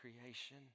creation